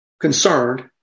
concerned